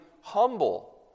humble